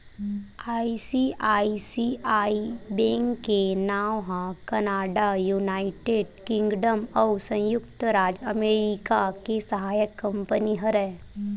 ICICI bank के नांव ह कनाड़ा, युनाइटेड किंगडम अउ संयुक्त राज अमरिका के सहायक कंपनी हरय